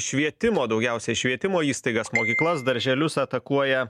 švietimo daugiausia švietimo įstaigas mokyklas darželius atakuoja